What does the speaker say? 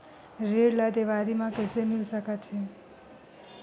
ऋण ला देवारी मा मिल सकत हे